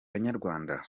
banyarwanda